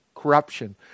corruption